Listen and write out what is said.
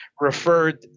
referred